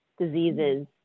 Diseases